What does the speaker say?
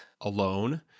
alone